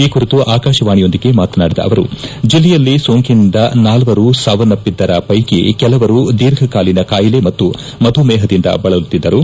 ಈ ಕುರಿತು ಆಕಾಶವಾಣಿಯೊಂದಿಗೆ ಮಾತನಾಡಿದ ಅವರು ಜಿಲ್ಲೆಯಲ್ಲಿ ಸೋಂಕಿನಿಂದ ನಾಲ್ವರು ಸಾವನ್ನಪ್ಪಿದ್ದರ ಪೈಕಿ ಕೆಲವರು ದೀರ್ಘಕಾಲಿನ ಕಾಯಿಲೆ ಮತ್ತು ಮಧುಮೇಹದಿಂದ ಬಳಲುತ್ತಿದ್ದರು